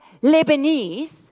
Lebanese